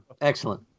excellent